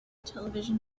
television